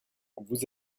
vous